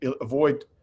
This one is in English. avoid